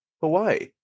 Hawaii